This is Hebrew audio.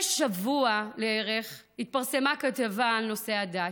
שבוע לערך התפרסמה כתבה על נושא הדת.